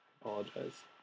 apologize